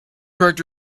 correct